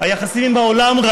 היחסים עם העולם,